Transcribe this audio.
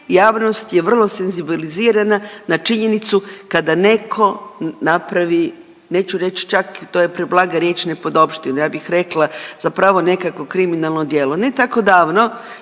javnost je vrlo senzibilizirana na činjenicu kada neko napravi neću reći čak to je preblaga riječ nepodopštinu, ja bih rekla zapravo nekakvo kriminalno djelo. Ne tako davno